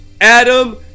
Adam